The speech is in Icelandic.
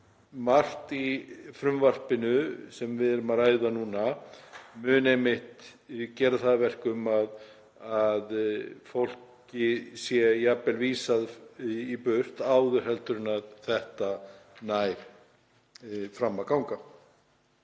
margt í frumvarpinu sem við erum að ræða núna mun einmitt gera það að verkum að fólki verði jafnvel vísað í burt áður en þetta nær fram að ganga.